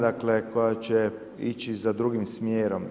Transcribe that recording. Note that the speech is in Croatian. Dakle, koja će ići za drugim smjerom.